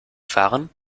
fahren